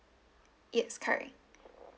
yes correct